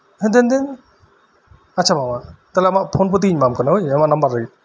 ᱦᱮᱸ ᱫᱮᱱ ᱫᱮᱱ ᱟᱪᱪᱷᱟ ᱵᱟᱵᱟ ᱛᱟᱦᱞᱮ ᱟᱢᱟᱜ ᱯᱷᱳᱱ ᱯᱮᱹ ᱛᱮᱜᱮᱧ ᱮᱢᱟᱢ ᱠᱟᱱᱟ ᱦᱳᱭ ᱟᱢᱟᱜ ᱱᱟᱢᱵᱟᱨ ᱨᱮᱜᱮ